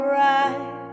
right